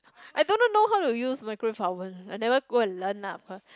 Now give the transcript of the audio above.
I don't know know to use microwave oven I never go and learn lah of